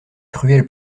cruelle